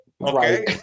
Okay